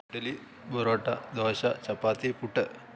idli parotta dosa chapati puttu